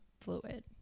fluid